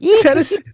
tennessee